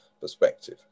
perspective